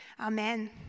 Amen